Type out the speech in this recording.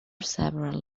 several